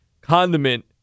condiment